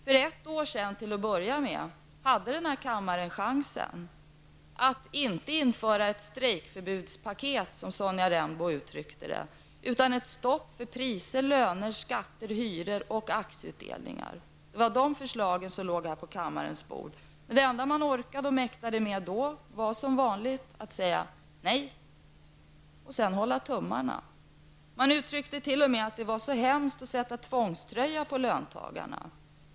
För ett år sedan, till att börja med, hade den här kammaren chansen att inte införa ett strejkförbudspaket, som Sonja Rembo uttryckte det, utan ett stopp för priser, löner, skatter, hyror och aktieutdelningar. Det var de förslagen som låg på kammarens bord. Det enda som man orkade med var som vanligt, att säga nej och hålla tummarna. Man sade t.o.m. att det var hemskt att sätta tvångströja på löntagarna.